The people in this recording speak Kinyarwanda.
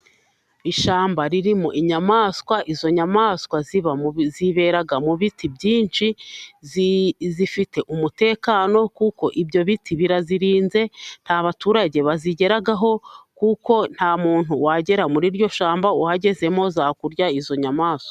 Ishyamba ririmo inyamaswa. Izo nyamaswa zibera mu biti byinshi. Zifite umutekano kuko ibyo biti birazirinze. Nta baturage bazigeraho .Kuko nta muntu wagera muri iryo shamba ,wagezemo zakurya izo nyamaswa.